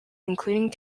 including